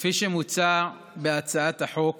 כפי שמוצע בהצעת החוק